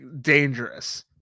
dangerous